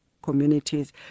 communities